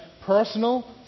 personal